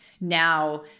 now